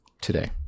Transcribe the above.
today